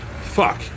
Fuck